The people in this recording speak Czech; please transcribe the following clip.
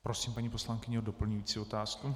Prosím paní poslankyni o doplňující otázku.